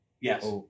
Yes